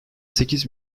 sekiz